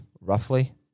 roughly